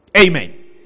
amen